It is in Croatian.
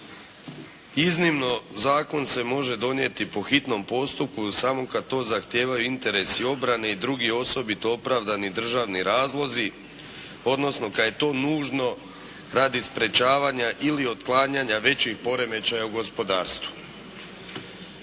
iznimno zakon se može donijeti po hitnom postupku samo kada to zahtijevaju interesi obrane i drugi osobito opravdani državni razlozi, odnosno kada je to nužno radi sprječavanja ili otklanjanja većih poremećaja u gospodarstvu.